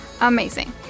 amazing